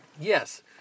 Yes